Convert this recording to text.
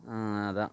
அதான்